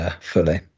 fully